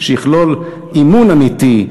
שיכלול אימון אמיתי,